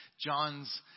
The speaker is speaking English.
John's